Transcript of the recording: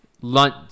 Lunch